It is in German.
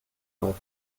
auf